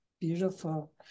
Beautiful